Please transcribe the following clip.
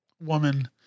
woman